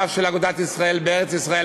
הרב של אגודת ישראל בארץ-ישראל,